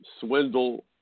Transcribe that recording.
swindle